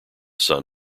son